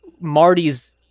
Marty's